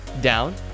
down